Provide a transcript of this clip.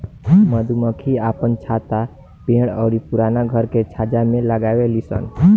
मधुमक्खी आपन छत्ता पेड़ अउरी पुराना घर के छज्जा में लगावे लिसन